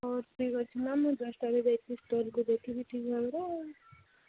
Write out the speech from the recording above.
ହଉ ଠିକ୍ ଅଛି ମ୍ୟାମ୍ ମୁଁ ଜଷ୍ଟ୍ ଏବେ ଯାଇକି ଷ୍ଟଲ୍କୁ ଦେଖିବି ଠିକ୍ ଭାବରେ